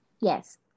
Yes